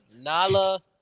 Nala